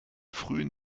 frühen